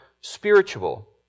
spiritual